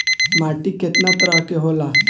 माटी केतना तरह के होला?